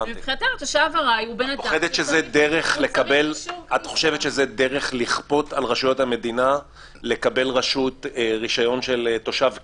את חושבת שזו דרך לכפות על רשויות המדינה לקבל רשות רשיון של תושב קבע,